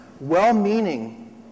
well-meaning